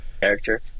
character